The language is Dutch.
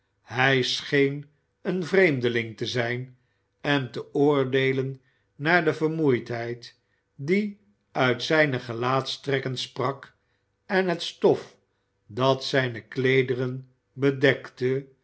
hij scheen een vreemdeling te zijn en te oordeelen naar de vermoeidheid die uit zijne gelaatstrekken sprak en het stof dat zijne kleederen bedekte